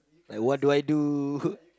like what do I do